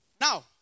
Now